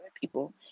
people